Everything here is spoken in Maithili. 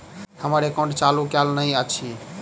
हम्मर एकाउंट चालू केल नहि अछि?